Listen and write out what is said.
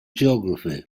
geography